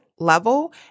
Level